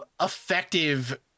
effective